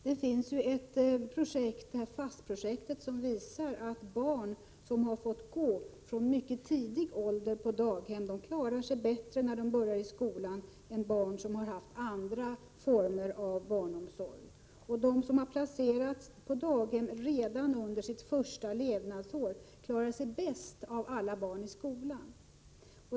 Det finns ett projekt — FAST-projektet — som visar att barn som från mycket tidig ålder fått gå på daghem klarar sig bättre när de börjar i skolan än barn som haft andra former av barnomsorg. De barn som har placerats på daghem redan under sitt första levnadsår klarar sig bäst av alla barn i skolan.